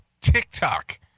TikTok